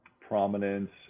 prominence